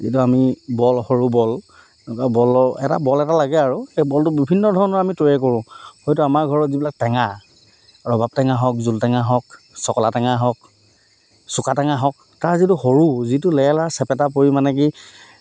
যিটো আমি বল সৰু বল এনেকুৱা বলৰ এটা বল এটা লাগে আৰু সেই বলটো বিভিন্ন ধৰণৰ আমি তৈয়াৰ কৰোঁ হয়তো আমাৰ ঘৰত যিবিলাক টেঙা ৰবাব টেঙা হওক জোল টেঙা হওক চকলা টেঙা হওক চোকা টেঙা হওক তাৰ যিটো সৰু যিটো লেৰেলা চেপেটা পৰি মানে কি